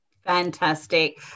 Fantastic